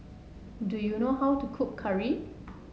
do you know how to cook curry